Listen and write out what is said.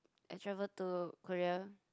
I travel to Korea